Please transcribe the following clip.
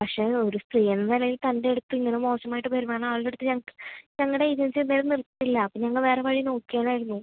പക്ഷെ ഒരു സ്ത്രീ എന്ന നിലയിൽ തൻ്റെ അടുത്ത് ഇങ്ങനെ മോശം ആയിട്ട് പെരുമാറുന്ന ആളുടെ അടുത്ത് ഞങ്ങൾക്ക് ഞങ്ങളുടെ ഏജൻസി എന്തായാലും നിർത്തില്ല അപ്പോൾ ഞങ്ങൾ വേറെ വഴി നോക്കിയേനേരുന്നു